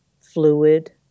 fluid